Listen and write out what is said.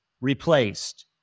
replaced